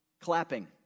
clapping